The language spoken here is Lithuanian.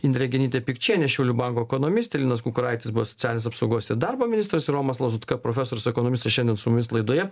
indrė genytė pikčienė šiaulių banko ekonomistė linas kukuraitis buvęs socialinės apsaugos ir darbo ministras romas lazutka profesorius ekonomistas šiandien su mumis laidoje